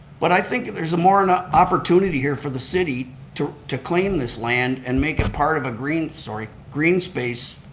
but i think there's an ah opportunity here for the city to to claim this land and make it part of a green sort of green space.